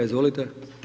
Izvolite.